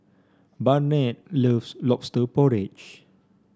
Barnett loves lobster porridge